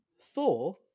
Thor